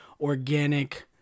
organic